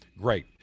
great